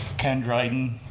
ken dryden,